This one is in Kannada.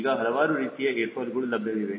ಈಗ ಹಲವಾರು ರೀತಿಯ ಏರ್ ಫಾಯ್ಲ್ಗಳು ಲಭ್ಯವಿವೆ